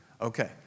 Okay